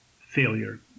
failure